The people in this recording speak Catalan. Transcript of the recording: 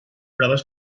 proves